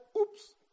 Oops